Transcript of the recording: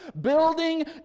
Building